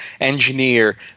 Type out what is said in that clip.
engineer